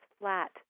Flat